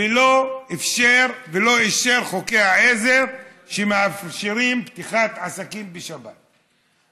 ולא אישר את חוקי העזר שמאפשרים פתיחת עסקים בשבת.